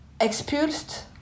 expulsed